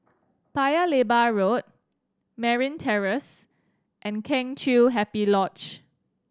Paya Lebar Road Merryn Terrace and Kheng Chiu Happy Lodge